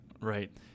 right